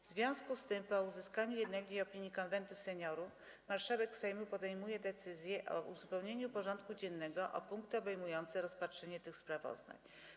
W związku z tym, po uzyskaniu jednolitej opinii Konwentu Seniorów, marszałek Sejmu podjął decyzję o uzupełnieniu porządku dziennego o punkty obejmujące rozpatrzenie tych sprawozdań.